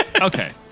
Okay